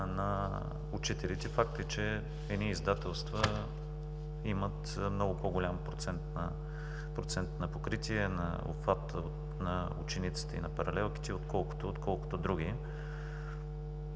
на учителите. Факт е, че едни издателства имат много по-голям процент на покритие, на обхват на учениците и паралелките, отколкото други.